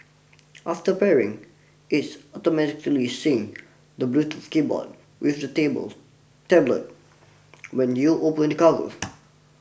after pairing it's automatically syncs the Bluetooth keyboard with the tables tablet when you open the cover